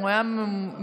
הוא היה ממושמע,